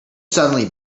suddenly